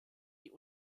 die